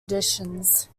editions